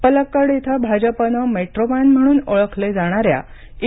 पलक्कड इथं भाजपनं मेट्रोर्मॅन म्हणून ओळखले जाणाऱ्या ई